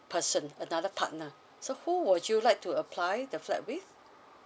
person another partner so who would you like to apply the flat with